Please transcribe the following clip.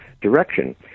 direction